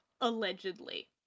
allegedly